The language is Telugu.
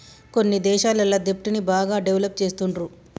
కొన్ని దేశాలల్ల దెబ్ట్ ని బాగా డెవలప్ చేస్తుండ్రు